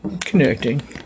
Connecting